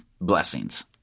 Blessings